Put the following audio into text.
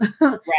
Right